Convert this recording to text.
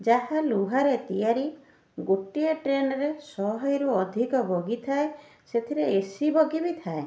ଯାହା ଲୁହାରେ ତିଆରି ଗୋଟିଏ ଟ୍ରେନ୍ରେ ଶହେରୁ ଅଧିକ ବଗି ଥାଏ ସେଥିରେ ଏ ସି ବଗି ବି ଥାଏ